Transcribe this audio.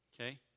okay